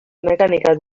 mecánicas